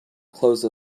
close